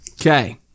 Okay